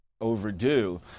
...overdue